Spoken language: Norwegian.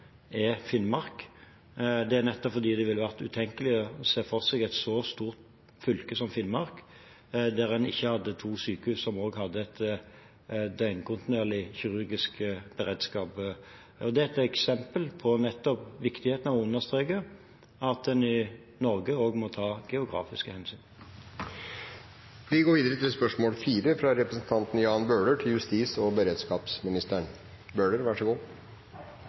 er Finnmark. Det er fordi det ville vært utenkelig å se for seg et så stort fylke som Finnmark der en ikke hadde to sykehus som også hadde en døgnkontinuerlig kirurgisk beredskap. Dette er et eksempel på viktigheten av å understreke at en i Norge også må ta geografiske hensyn. Jeg tillater meg å stille følgende spørsmål til justis- og beredskapsministeren: «I Oslos bydeler driver politiet et godt arbeid for å forebygge radikalisering og